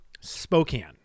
Spokane